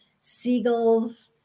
seagulls